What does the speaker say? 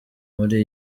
muri